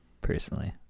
personally